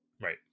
right